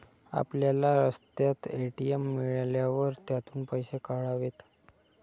आपल्याला रस्त्यात ए.टी.एम मिळाल्यावर त्यातून पैसे काढावेत